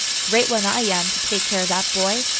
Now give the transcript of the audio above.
great one, i am, to take care of that boy,